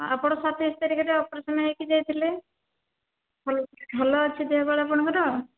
ଆପଣ ସତେଇଶ ତାରିଖରେ ଅପରେସନ ହେଇକି ଯାଇଥିଲେ ଭଲ ଅଛି ଦେହ ଆପଣଙ୍କର